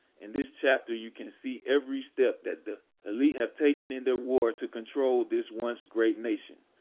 in this chapter you can see every step that the elite have taken in their war to control this once great nation.